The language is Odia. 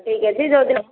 ଠିକ୍ ଅଛି ଯେଉଁ ଦିନ